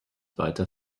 weiter